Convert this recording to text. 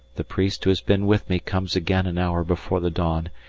the priest who has been with me comes again an hour before the dawn,